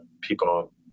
people